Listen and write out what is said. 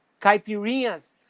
Caipirinhas